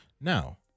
Now